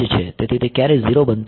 તેથી તે ક્યારેય 0 બનતો નથી